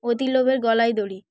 অতি লোভের গলায় দড়ি